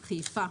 חיפה.